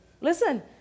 Listen